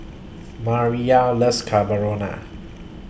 Mariyah loves Carbonara